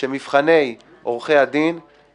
אם לא תפסיק עם ה"פחחחח" זה לא יילך.